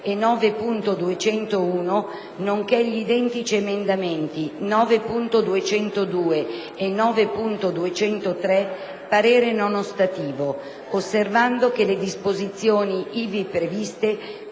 e 9.201, nonché sugli identici emendamenti 9.202 e 9.203, parere non ostativo, osservando che le disposizioni ivi previste